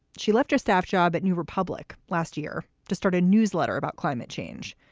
she left her staff job at new republic last year to start a newsletter about climate change.